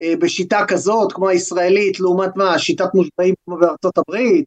בשיטה כזאת כמו הישראלית לעומת מה שיטת מושבעים כמו בארה״ב